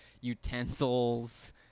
utensils